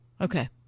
okay